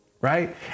Right